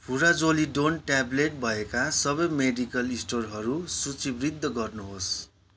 furazolidone tablet भएका सबै medical स्टोरहरू सूचीवद्ध गर्नुहोस्